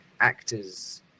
actors